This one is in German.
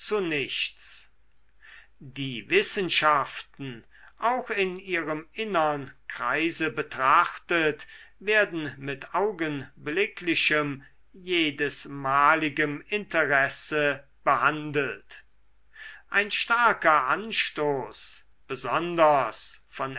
zu nichts die wissenschaften auch in ihrem innern kreise betrachtet werden mit augenblicklichem jedesmaligem interesse behandelt ein starker anstoß besonders von